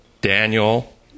Daniel